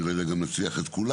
אני לא יודע אם נצליח את כולם,